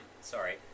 Sorry